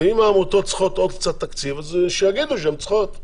אם העמותות צריכות עוד קצת תקציב אז שיגידו שהן צריכות,